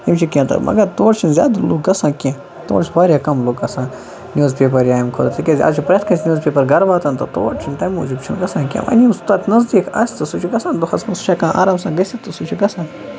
یِم چھِ کینٛہہ مَطلَب تور چھِ لُکھ واتان کینٛہہ تور چھِ واریاہ کَم لُکھ گَژھان نِوٕزپیپر یا اَمہِ خٲطرٕ تِکیازِ آز چھُ پرٮ۪تھ کٲنٛسہِ نِوٕزپیپر گَرٕ واتان تہٕ تور چھِنہٕ تَمہِ موٗجوٗب گَژھان کینٛہہ وۄنۍ یُس تَتھ نَزدیٖک آسہِ تہٕ سُہ چھُ گَژھان دۄہَس منٛز سُہ چھُ ہیکان آرام سان گٔژھِتھ تہٕ سُہ چھُ گَژھان